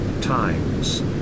times